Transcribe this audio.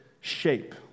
shape